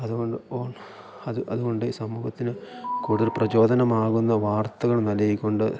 അതുകൊണ്ട് അത് അതുകൊണ്ട് ഈ സമൂഹത്തിന് കൂടുതൽ പ്രചോദനമാകുന്ന വാർത്തകൾ നല്കിക്കൊണ്ട്